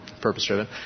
purpose-driven